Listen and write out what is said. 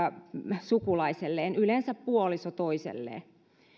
lähisukulaiselleen yleensä puoliso toiselle